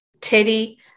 Teddy